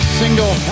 single